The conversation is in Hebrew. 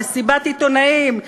מסיבת עיתונאים גרנדיוזית: